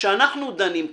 כשאנחנו דנים כאן,